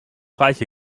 reiche